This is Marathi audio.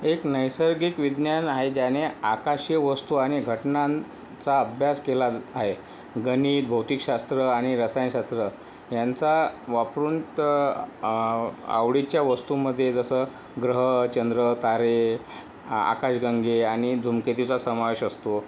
एक नैसर्गिक विज्ञान आहे ज्याने आकाशीय वस्तु आणि घटनांचा अभ्यास केला आहे गणित भौतिकशास्त्र आणि रसायनशास्त्र यांचा वापरुन तर आवडीच्या वस्तूमध्ये जसं ग्रह चंद्र तारे आकाशगंगा आणि धूमकेतूचा समावेश असतो